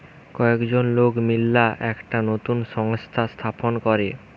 কয়েকজন লোক মিললা একটা নতুন সংস্থা স্থাপন করে